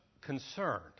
concerned